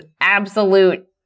absolute